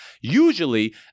Usually